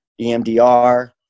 EMDR